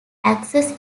access